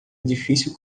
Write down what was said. edifício